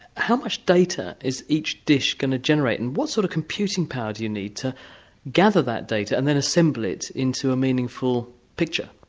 how much data is each dish going to generate and what sort of computing power do you need to gather that data and then assemble it into a meaningful picture?